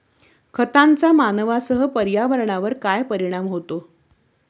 खतांचा मानवांसह पर्यावरणावर काय परिणाम होतो?